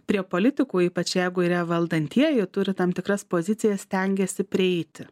prie politikų ypač jeigu yra valdantieji jie turi tam tikras pozicijas stengiasi prieiti